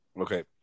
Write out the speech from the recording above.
Okay